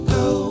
go